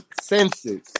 senses